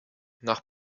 nach